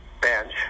bench